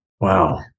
wow